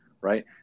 Right